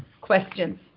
questions